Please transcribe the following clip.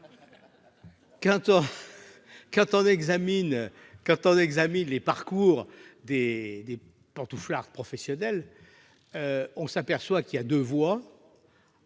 Quand on examine le parcours des pantouflards professionnels, on s'aperçoit qu'il y a deux voies